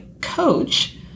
coach